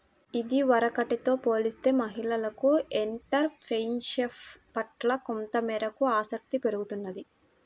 ఇదివరకటితో పోలిస్తే మహిళలకు ఎంటర్ ప్రెన్యూర్షిప్ పట్ల కొంతమేరకు ఆసక్తి పెరుగుతున్నది